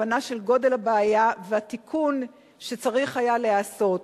הבנה של גודל הבעיה והתיקון שצריך היה להיעשות,